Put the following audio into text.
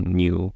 new